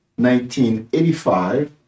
1985